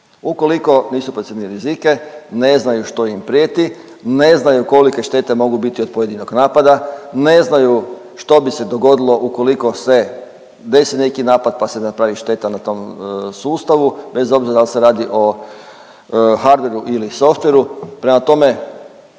Ukoliko nisu procijenili rizike, ne znaju što im prijeti, ne znaju kolike štete mogu biti od pojedinog napada, ne znaju što bi se dogodilo ukoliko se desi neki napad pa se napravi šteta na tom sustavu bez obzira dal se radi o hardveru ili softveru. Prema tome